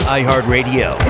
iHeartRadio